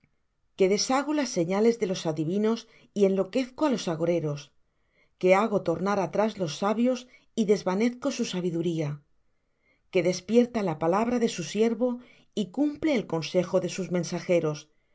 que deshago las señales de los adivinos y enloquezco á los agoreros que hago tornar atrás los sabios y desvanezco su sabiduría que despierta la palabra de su siervo y cumple el consejo de sus mensajeros